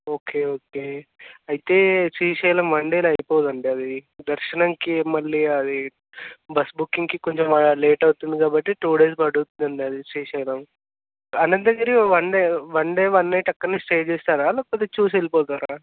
okay okay అయితే Srisailam one డేలో అయిపోదు అండి అది దర్శనంకి మళ్ళీ అది బస్ బుకింగ్కి కొంచెం లేట్ అవుతుంది కాబట్టి టూ డేస్ పడుద్దండి అది Srisailam Ananthagiri one day one day one night అక్కడ స్టే చేస్తారా లేకపోతే చూసి వెళ్ళిపోతారా